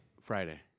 Friday